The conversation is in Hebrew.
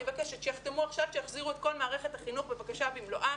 אני מבקשת שיחתמו עכשיו ושיחזירו את כל מערכת החינוך בבקשה במלואה